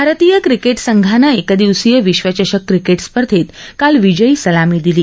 भारतीय क्रिकेट संघानं एकदिवसीय विश्वचषक क्रिकेट स्पर्धेत काल विजयी सलामी दिली